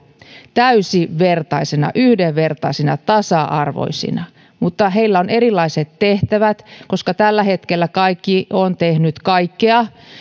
täysivertaisina yhdenvertaisina tasa arvoisina mutta heillä on erilaiset tehtävät koska tällä hetkellä kaikki ovat tehneet kaikkea